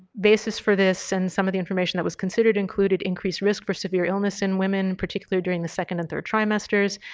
basis for this and some of the information that was considered included increased risk for severe illness in women, particularly during the second and third trimesters,